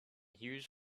huge